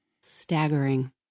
Staggering